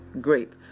great